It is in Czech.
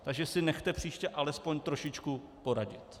Takže si nechte příště alespoň trošičku poradit.